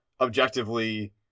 objectively